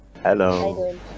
Hello